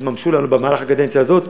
יתממשו בקדנציה הזאת,